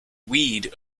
weed